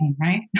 right